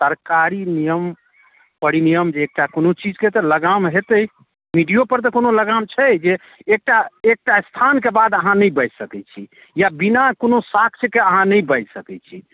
सरकारी नियम परिनियम जे एकटा कोनो चीजके तऽ लगाम हेतै मीडियोपर तऽ कोनो लगाम छै जे एकटा एकटा स्थानके बाद अहाँ नहि बाजि सकैत छी या बिना कोनो साक्ष्यके अहाँ नहि बाजि सकैत छी